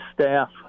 staff